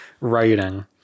writing